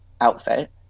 outfit